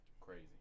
Crazy